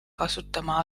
kasutama